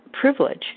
privilege